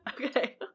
Okay